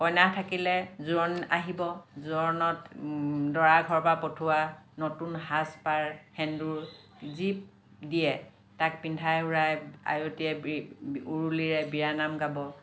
কইনা থাকিলে জোৰাণ আহিব জোৰোণত দৰাৰ ঘৰৰ পৰা পঠোৱা নতুন সাজ পাৰ সেন্দুৰ যি দিয়ে তাক পিন্ধাই উৰাই আয়তিয়ে উৰুলিৰে বিয়া নাম গাব